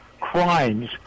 crimes